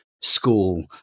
school